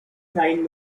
shine